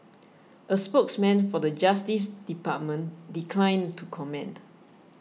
a spokesman for the Justice Department declined to comment